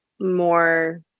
more